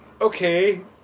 Okay